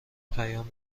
پیام